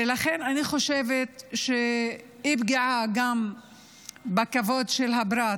ולכן אני חושבת שאי-פגיעה בכבוד של הפרט